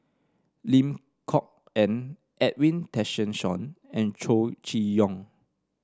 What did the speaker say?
Lim Kok Ann Edwin Tessensohn and Chow Chee Yong